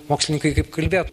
mokslininkai kaip kalbėt